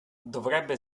dovrebbe